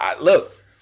Look